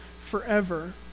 forever